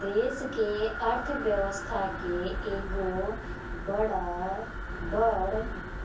देस के अर्थ व्यवस्था के एगो बड़